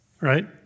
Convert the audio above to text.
right